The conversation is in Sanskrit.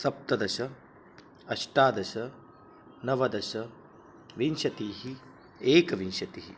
सप्तदश अष्टादश नवदश विंशतिः एकविंशतिः